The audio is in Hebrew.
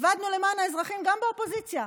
עבדנו למען האזרחים גם באופוזיציה.